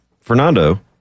Fernando